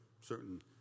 certain